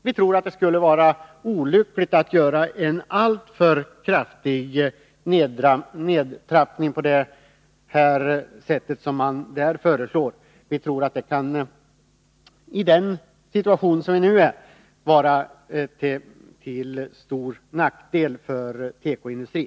Vi tror att det skulle vara olyckligt att göra en alltför kraftig nedtrappning på det sätt som moderaterna föreslår och att det i den nuvarande situationen kunde vara till stor nackdel för tekoindustrin.